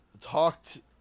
talked